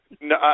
No